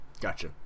Gotcha